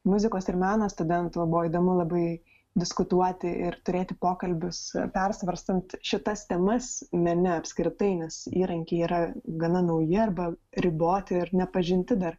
muzikos ir meno studentų buvo įdomu labai diskutuoti ir turėti pokalbius persvarstant šitas temas mene apskritai nes įrankiai yra gana nauji arba riboti ir nepažinti dar